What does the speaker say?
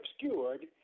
obscured